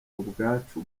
ubwacu